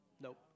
Nope